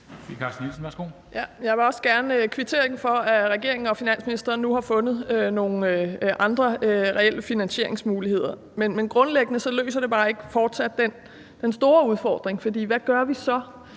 jeg vil også gerne kvittere for, at regeringen og finansministeren nu har fundet nogle andre reelle finansieringsmuligheder. Men grundlæggende løser det fortsat bare ikke den store udfordring. For hvad gør vi så?